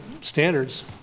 standards